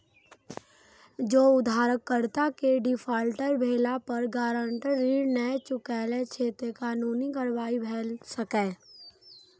जौं उधारकर्ता के डिफॉल्टर भेला पर गारंटर ऋण नै चुकबै छै, ते कानूनी कार्रवाई भए सकैए